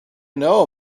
know